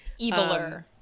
Eviler